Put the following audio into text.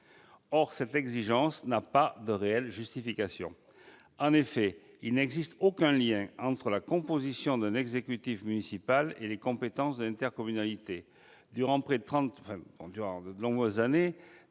Or cette exigence n'a pas de réelle justification. Ah si ! En effet, il n'existe aucun lien entre la composition d'un exécutif municipal et les compétences de l'intercommunalité. Ainsi, pendant les